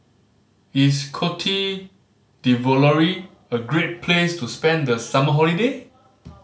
is Cote D'Ivoire a great place to spend the summer holiday